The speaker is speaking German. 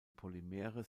polymere